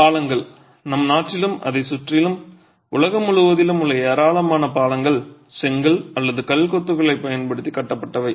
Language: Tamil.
பாலங்கள் நம் நாட்டிலும் அதைச் சுற்றிலும் உலகம் முழுவதிலும் உள்ள ஏராளமான பாலங்கள் செங்கல் அல்லது கல் கொத்துகளைப் பயன்படுத்தி கட்டப்பட்டவை